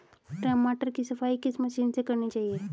टमाटर की सफाई किस मशीन से करनी चाहिए?